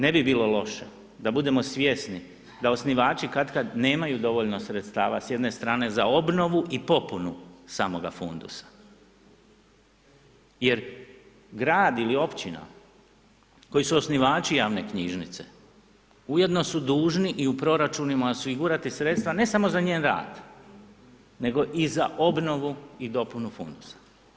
Ne bi bilo loše da budemo svjesni da osnivač katkad nemaju dovoljno sredstava s jedne strane za obnovu i popunu samoga fundusa jer gradi ili općina koji su osnivači javne knjižnice ujedno su dužni i u proračunima osigurati sredstva ne samo za njen rad nego i za obnovu i dopunu fundusa.